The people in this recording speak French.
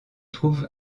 trouve